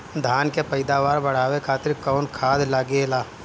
धान के पैदावार बढ़ावे खातिर कौन खाद लागेला?